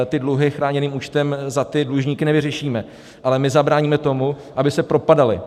Ty dluhy chráněným účtem za ty dlužníky nevyřešíme, ale my zabráníme tomu, aby se propadali.